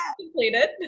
completed